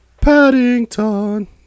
Paddington